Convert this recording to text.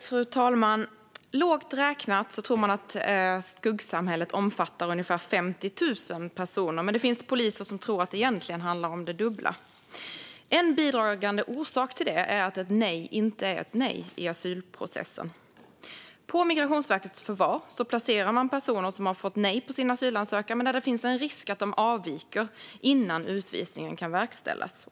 Fru talman! Lågt räknat tror man att skuggsamhället omfattar ungefär 50 000 personer, men det finns poliser som tror att det egentligen handlar om det dubbla. En bidragande orsak till det är att ett nej inte är ett nej i asylprocessen. På Migrationsverkets förvar placerar man personer som har fått nej på sin asylansökan men där det finns en risk att de avviker innan utvisningen kan verkställas.